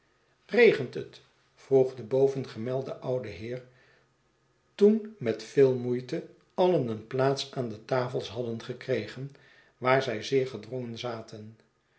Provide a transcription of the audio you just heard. regent het vroeg de bovengemelde oude heer toen met veel moeite alien eene plaats aan de tafels hadden gekregen waar zij zeer gedrongen zaten